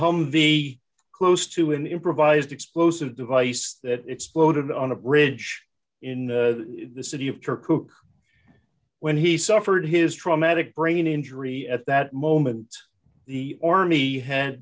humvee close to an improvised explosive device that exploded on a bridge in the city of kirkuk when he suffered his traumatic brain injury at that moment the army ha